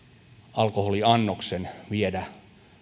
alkoholiannoksen viedä